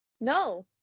No